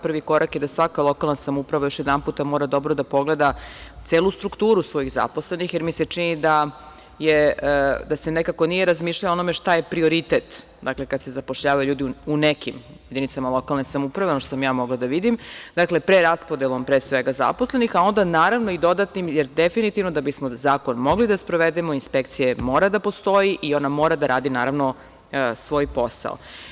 Prvi korak je da svaka lokalna samouprava još jednom mora dobro da pogleda celu strukturu svojih zaposlenih, jer mi se čini da se nekako nije razmišljalo o onome šta je prioritet kada se zapošljavaju ljudi u nekim jedinicama lokalne samouprave, ono što sam ja mogla da vidim, dakle, preraspodelom zaposlenih, a onda, naravno, i dodatnim, jer, definitivno, da bismo zakon mogli da sprovedemo, inspekcija mora da postoji i mora da radi svoj posao.